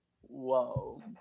Whoa